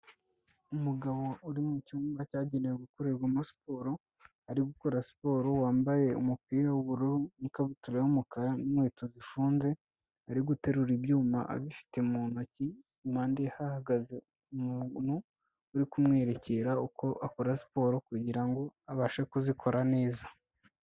Umugabo uri mu cyumba cyagenewe gukorerwamo siporo, ari gukora siporo wambaye umupira w'ubururu n'ikabutura y'umukara n'inkweto zifunze, ari guterura ibyuma abifite mu ntoki impande hahagaze umuntu uri kumwerekera uko akora siporo kugira ngo abashe kuzikora neza.